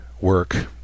work